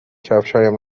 کفشهایم